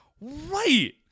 Right